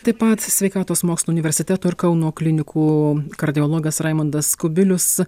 taip pat sveikatos mokslų universiteto ir kauno klinikų kardiologas raimundas kubilius